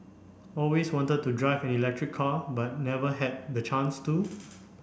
always wanted to drive electric car but never had the chance to